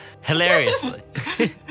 Hilariously